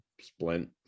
splint